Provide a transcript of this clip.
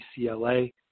UCLA